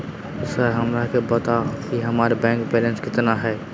Sir हमरा के बताओ कि हमारे बैंक बैलेंस कितना है?